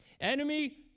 enemy